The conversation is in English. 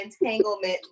entanglement